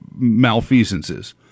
malfeasances